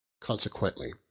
Consequently